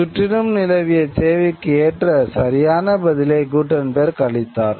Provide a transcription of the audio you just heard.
சுற்றிலும் நிலவிய தேவைக்கு ஏற்ற சரியான பதிலை குட்டன்பெர்க் அளித்தார்